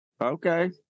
Okay